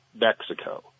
Mexico